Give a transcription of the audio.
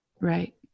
Right